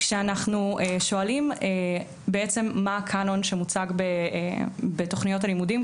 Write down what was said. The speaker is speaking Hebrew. כשאנחנו שואלים בעצם מה קנון שמוצג בתוכניות הלימודים,